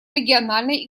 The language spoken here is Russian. региональной